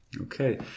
Okay